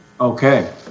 Okay